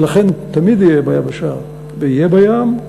ולכן, תמיד יהיה ביבשה ויהיה בים.